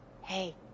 Hey